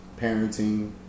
parenting